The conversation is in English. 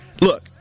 Look